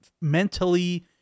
mentally